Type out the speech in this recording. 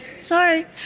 sorry